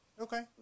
Okay